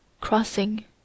crossing